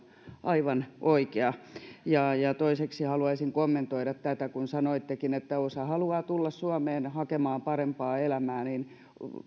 aivan oikea toiseksi haluaisin kommentoida tätä kun sanoitte että osa haluaa tulla suomeen hakemaan parempaa elämää